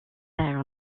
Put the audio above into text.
there